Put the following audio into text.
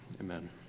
Amen